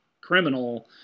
criminal